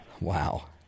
Wow